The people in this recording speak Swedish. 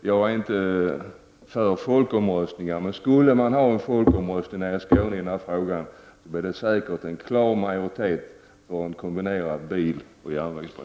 Jag är inte för folkomröstning, men om man gjorde folkomröstning i Skåne i denna fråga, skulle det säkerligen bli en klar majoritet för en kombinerad biloch järnvägsbro.